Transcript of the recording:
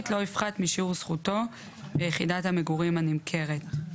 לא יפחת משיעור זכותו ביחידת המגורים הנמכרת.";